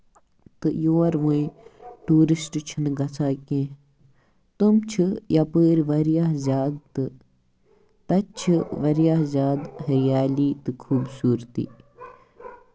تہٕ یور ؤنۍ ٹوٗرِسٹ چھِنہٕ گژھان کیٚنہہ تٔمۍ چھِ یَپٲرۍ واریاہ زیادٕ تَتہِ چھِ واریاہ زیادٕ ۂریالی تہٕ خوٗبصٗرتی